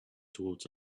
towards